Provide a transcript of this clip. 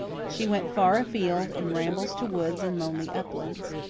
she went far afield, in rambles to woods and lonely uplands.